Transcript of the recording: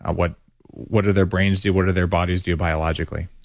ah what what do their brains do? what do their bodies do biologically?